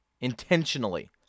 Intentionally